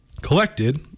collected